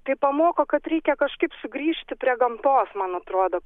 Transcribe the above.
tai pamoko kad reikia kažkaip sugrįžti prie gamtos man atrodo